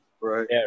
Right